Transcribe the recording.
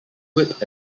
whip